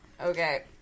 Okay